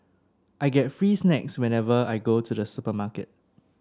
I get free snacks whenever I go to the supermarket